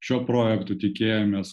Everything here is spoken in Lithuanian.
šiuo projektu tikėjomės